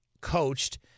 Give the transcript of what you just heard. coached